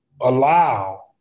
allow